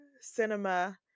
cinema